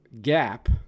gap